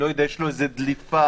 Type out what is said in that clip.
שהיא דליפה?